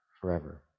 forever